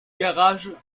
garage